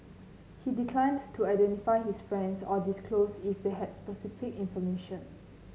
he declined to identify his friends or disclose if they had specific information